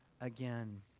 again